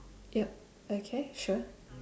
yup okay sure